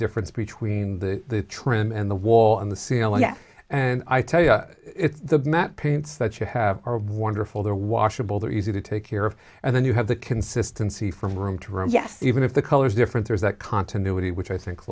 difference between the trim and the wall on the ceiling and i tell you it's the that parents that you have are wonderful they're washable they're easy to take care of and then you have the consistency from room to room yes even if the colors different there's that continuity which i think